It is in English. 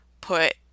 put